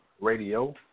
Radio